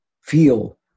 feel